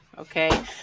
Okay